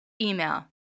email